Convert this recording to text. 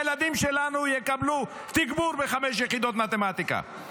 שהילדים שלנו יקבלו תגבור בחמש יחידות מתמטיקה.